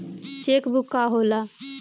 Check book का होला?